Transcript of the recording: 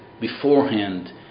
beforehand